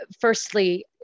firstly